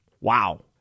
Wow